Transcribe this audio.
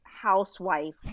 housewife